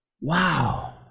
Wow